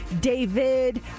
David